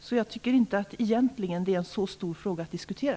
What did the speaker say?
Så egentligen tycker jag inte att det är en så stor fråga att diskutera.